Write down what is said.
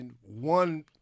one